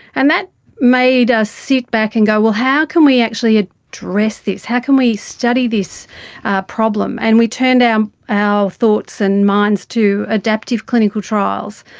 and that made us sit back and go, well, how can we actually ah address this, how can we study this problem? and we turned um our thoughts and minds to adaptive clinical trials.